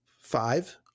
five